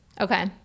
Okay